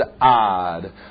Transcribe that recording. odd